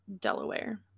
Delaware